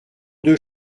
deux